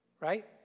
Right